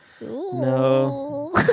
No